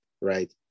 right